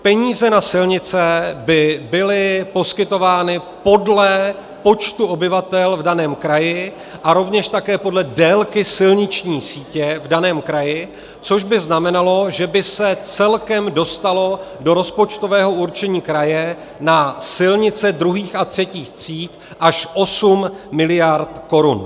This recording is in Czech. Peníze na silnice by byly poskytovány podle počtu obyvatel v daném kraji a rovněž také podle délky silniční sítě v daném kraji, což by znamenalo, že by se celkem dostalo do rozpočtového určení kraje na silnice druhých a třetích tříd až 8 mld. korun.